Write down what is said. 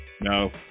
No